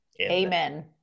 Amen